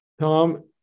Tom